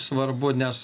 svarbu nes